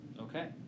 Okay